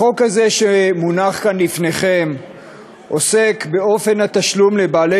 החוק הזה שמונח כאן לפניכם עוסק באופן התשלום לבעלי